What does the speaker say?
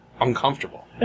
uncomfortable